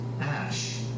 ash